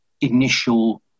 initial